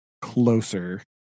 closer